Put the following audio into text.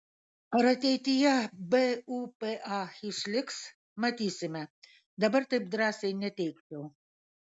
ar ateityje bupa išliks matysime dabar taip drąsiai neteigčiau